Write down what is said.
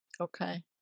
okay